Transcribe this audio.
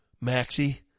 Maxie